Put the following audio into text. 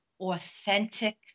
authentic